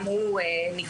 גם הוא נבחן.